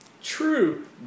True